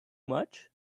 much